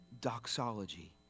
doxology